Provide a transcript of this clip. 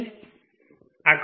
આ current I 0 છે